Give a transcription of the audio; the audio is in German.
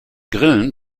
grillen